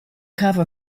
cover